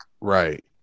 Right